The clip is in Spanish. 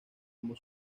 como